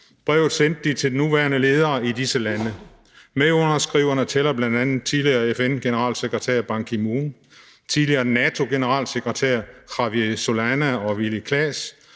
traktat til de nuværende ledere i disse lande. Medunderskriverne tæller bl.a. tidligere FN-generalsekretær Ban Ki-moon, tidligere NATO-generalsekretærer Javier Solana og Willy Claes